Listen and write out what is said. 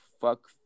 fuck